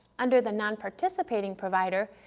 under the nonparticipating provider,